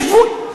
יש גבול.